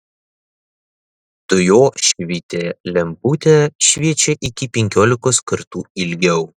dujošvytė lemputė šviečia iki penkiolikos kartų ilgiau